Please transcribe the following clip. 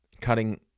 cutting